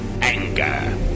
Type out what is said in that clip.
anger